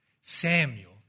Samuel